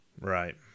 Right